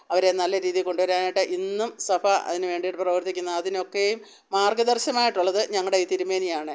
അവരെ നല്ല രീതിയിൽ കൊണ്ടു വരാനായിട്ട് ഇന്നും സഭ അതിനു വേണ്ടിയിട്ട് പ്രവർത്തിക്കുന്നു അതിനൊക്കെയും മാർഗ്ഗ ദർശമായിട്ടുള്ളത് ഞങ്ങളുടെ ഈ തിരുമേനിയാണ്